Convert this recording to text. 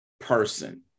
person